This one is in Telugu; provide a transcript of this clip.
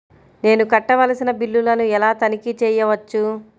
నేను కట్టవలసిన బిల్లులను ఎలా తనిఖీ చెయ్యవచ్చు?